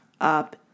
up